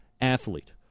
athlete